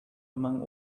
among